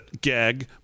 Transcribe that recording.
gag